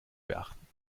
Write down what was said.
beachten